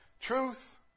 Truth